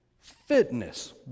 Fitness